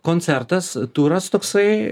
koncertas turas toksai